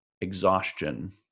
exhaustion